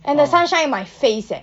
and the sun shine in my face leh